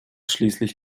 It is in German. schließlich